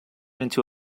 into